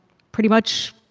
pretty much